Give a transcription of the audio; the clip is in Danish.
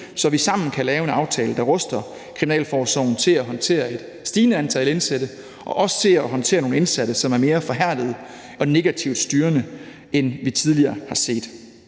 så vi sammen kan lave en aftale, der ruster kriminalforsorgen til at håndtere et stigende antal indsatte og også til at håndtere nogle indsatte, som er mere forhærdede og negativt styrende, end vi tidligere har set.